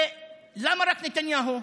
ולמה רק נתניהו?